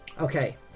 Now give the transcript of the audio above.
Okay